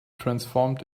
transformed